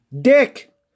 dick